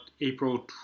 April